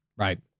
right